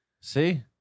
See